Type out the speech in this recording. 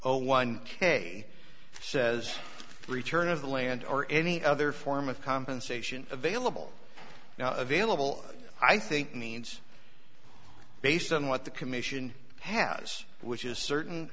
zero one k says return of the land or any other form of compensation available now available i think means based on what the commission has which is certain